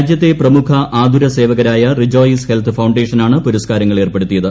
രാജ്യത്തെ പ്രമുഖ ആതുരസേവകരായ റിജോയിസ് ഹെൽത്ത് ഫൌണ്ടേഷനാണ് പുരസ്ക്കാരങ്ങൾ ഏർപ്പെടുത്തിയത്